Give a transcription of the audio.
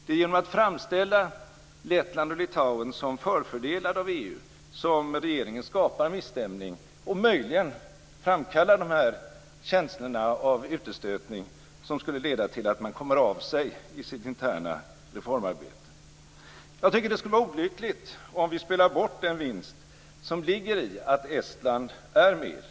Det är genom att framställa Lettland och Litauen som förfördelade av EU som regeringen skapar missstämning och möjligen framkallar känslor av utstötning, som kan leda till att man kommer av sig i sitt interna reformarbete. Det skulle vara olyckligt om vi spelade bort den vinst som ligger i att Estland är med.